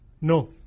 No